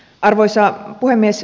arvoisa puhemies